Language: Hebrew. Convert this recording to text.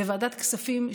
בוועדת הכספים,